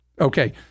Okay